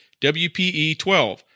WPE-12